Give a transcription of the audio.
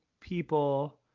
people